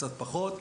קצת פחות,